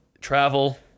travel